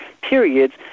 periods